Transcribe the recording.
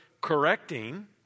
correcting